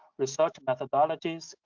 research methodologies,